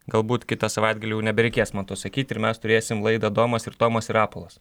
galbūt kitą savaitgalį jau nebereikės man to sakyt ir mes turėsim laidą domas ir tomas ir rapolas